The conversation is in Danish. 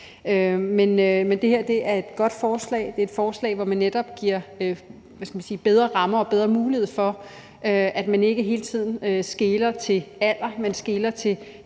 Det er et forslag, hvor man netop giver bedre rammer og bedre muligheder, i forhold til at man ikke hele tiden skeler til alder,